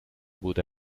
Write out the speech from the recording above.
بوده